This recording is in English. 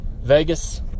vegas